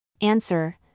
Answer